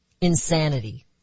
Insanity